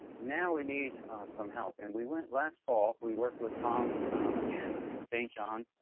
now we need some help. and we went last fall, we worked with tom and st. john's